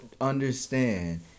understand